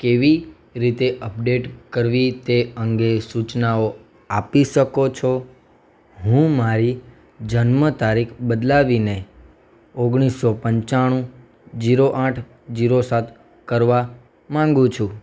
કેવી રીતે અપડેટ કરવી તે અંગે સૂચનાઓ આપી શકો છો હું મારી જન્મ તારીખ બદલાવીને ઓગણીસસો પંચાણું જીરો આઠ જીરો કરવા માગું છું